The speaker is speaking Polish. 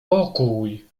pokój